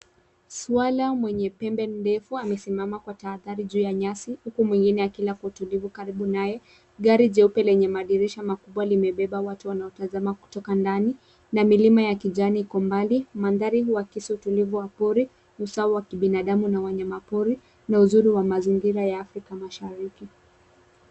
Swala mwenye pembe ndefu amesimama kwa tahadhari juu ya nyasi huku mwengine akila kwa utulivu karibu naye. Gari jeupe lenye madirisha makubwa limebeba watu wanaotazama kutoka ndani na milima ya kijani iko mbali. Mandhari huakisi utulivu wa pori, usawa wa kibinadamu na wanyamapori na uzuri wa mazingira ya Afrika mashariki.